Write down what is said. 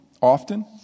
often